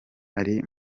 ari